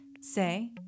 say